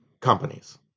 Companies